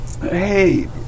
Hey